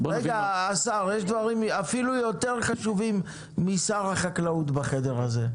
יש דברים אפילו יותר חשובים משר החקלאות בחדר הזה.